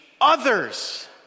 others